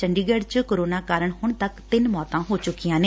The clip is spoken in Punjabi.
ਚੰਡੀਗੜ ਚ ਕੋਰੋਨਾ ਕਾਰਨ ਹੁਣ ਤੱਕ ਤਿੰਨ ਮੌਤਾ ਹੋ ਚੁੱਕੀਆਂ ਨੇ